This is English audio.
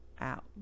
out